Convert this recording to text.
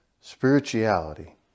spirituality